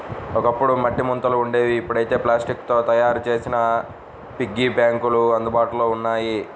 ఒకప్పుడు మట్టి ముంతలు ఉండేవి ఇప్పుడైతే ప్లాస్టిక్ తో తయ్యారు చేసిన పిగ్గీ బ్యాంకులు అందుబాటులో ఉన్నాయి